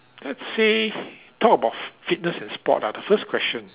let's say talk about f~ fitness and sport ah the first question